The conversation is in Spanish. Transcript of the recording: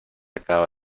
acaba